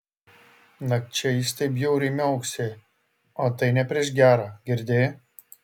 nakčia jis taip bjauriai miauksi o tai ne prieš gera girdi